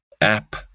app